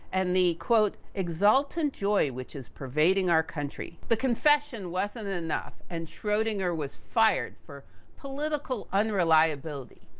and the quote, exultant joy which is pervading our country. the confession wasn't enough. and, schrodinger was fired for political unreliability.